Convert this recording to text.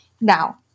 Now